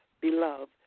Beloved